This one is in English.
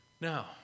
Now